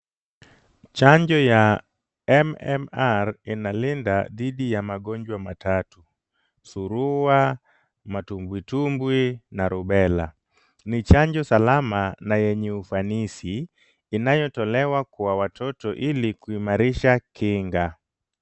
Chanjo ya MMR inalinda dhidi ya magonjwa matatu, surua, matumbwitumbwi na rubela . Ni chanjo salama na yenye ufanisi inayotolewa kwa watoto ili kuimarisha kinga.